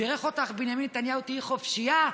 בירך אותך בנימין נתניהו: תהיי חופשייה.